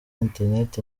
internet